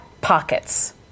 pockets